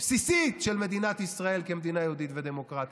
בסיסית של מדינת ישראל כמדינה יהודית ודמוקרטית,